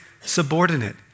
subordinate